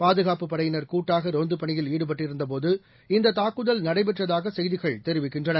பாதுகாப்புப் படையினர் கூட்டாகரோந்துப் பணியில் ஈடுபட்டிருந்தபோது இந்ததாக்குதல் நடைபெற்றதாகசெய்திகள் தெரிவிக்கின்றன